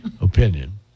opinion